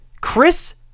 Chris